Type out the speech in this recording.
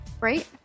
Right